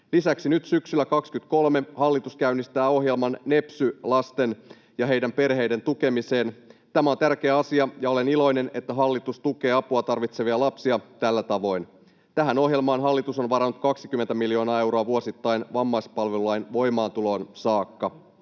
Lisäksi nyt syksyllä 23 hallitus käynnistää ohjelman nepsy-lasten ja heidän perheidensä tukemiseen. Tämä on tärkeä asia, ja olen iloinen, että hallitus tukee apua tarvitsevia lapsia tällä tavoin. Tähän ohjelmaan hallitus on varannut 20 miljoonaa euroa vuosittain vammaispalvelulain voimaantuloon saakka.